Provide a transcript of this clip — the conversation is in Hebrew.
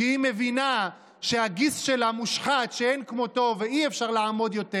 כי היא מבינה שהגיס שלה מושחת שאין כמותו ואי-אפשר לעמוד יותר.